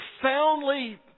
profoundly